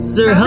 Sir